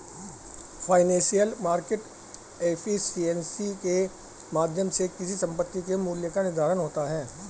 financial market efficiency के माध्यम से किसी संपत्ति के मूल्य का निर्धारण होता है